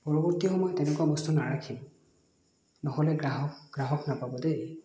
পৰৱৰ্তী সময়ত এনেকুৱা বস্তু নাৰাখিব নহ'লে গ্ৰাহক গ্ৰাহক নাপাব দেই